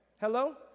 Hello